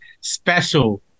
special